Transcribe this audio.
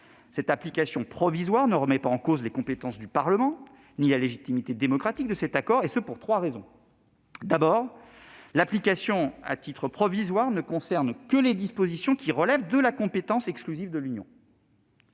Cette application provisoire ne remet pas en cause les compétences du Parlement ni la légitimité démocratique de cet accord, et ce pour trois raisons : d'abord, l'application à titre provisoire ne concerne que les dispositions qui relèvent de la compétence exclusive de l'Union